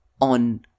on